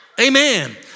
Amen